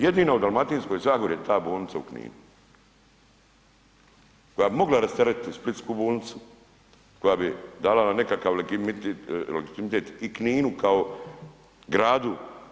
Jedino u Dalmatinskoj zagori je ta bolnica u Kninu koja bi mogla rasteretiti Splitsku bolnicu, koja bi davala nekakav legitimitet i Kninu kao gradu.